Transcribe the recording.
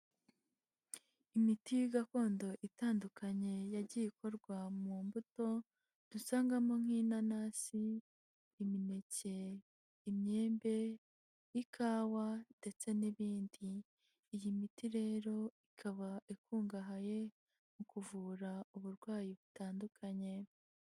Imiti gakondo itandukanye yagiye ikorwa mu mbuto dusangamo nk'inanasi, imineke, imyembe, ikawa ndetse n'ibindi, iyi miti rero ikaba ikungahaye mu kuvura uburwayi butandukanye.